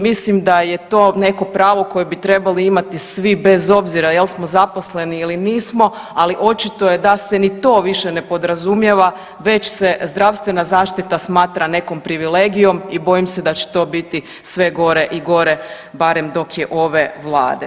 Mislim da je to neko pravo koje bi trebali imati svi bez obzira jel smo zaposleni ili nismo ali očito je da se ni to više ne podrazumijeva već se zdravstvena zaštita smatra nekom privilegijom i bojim se da će to biti sve gore i gore barem dok je ove vlade.